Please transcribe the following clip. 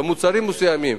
במוצרים מסוימים,